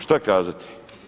Šta kazati!